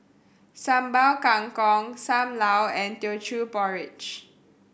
Sambal Kangkong Sam Lau and Teochew Porridge